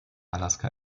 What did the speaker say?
alaska